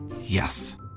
Yes